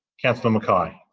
councillor mackay